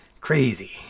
Crazy